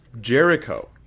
Jericho